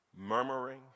murmuring